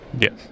yes